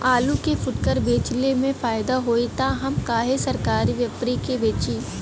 आलू के फूटकर बेंचले मे फैदा होई त हम काहे सरकारी व्यपरी के बेंचि?